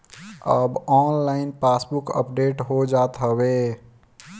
अब online passbook update हो जात हवे